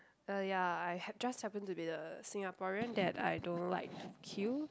uh ya I just happen to be the Singaporean that I don't like to queue